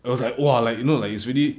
it was like !wah! like you know like it's really